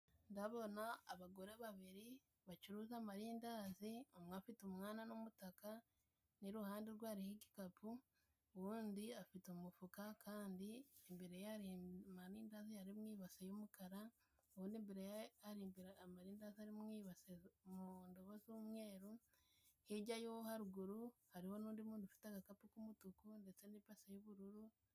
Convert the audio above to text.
Ndabona abagore babiri bacuruza amarindazi, umwe afite umwana n'umutaka, n'iruhande rwe hariho igikapu, uwundi afite umufuka kandi imbere y'amarindazi hari ibase y'umukara, ubundi imbere hari imbere amarindazi mu ibase y'umweru, hirya yo haruguru harimo n'undi muntu ufite agakapu k'umutuku ndetse n'ibase y'ubururu.